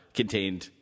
contained